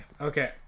okay